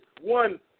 one